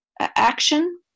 action